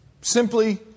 simply